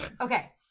okay